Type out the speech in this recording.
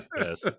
yes